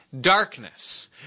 darkness